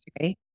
Okay